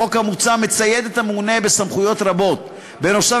החוק המוצע מצייד את הממונה בסמכויות רבות נוסף